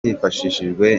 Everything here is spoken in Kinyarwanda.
hifashishijwe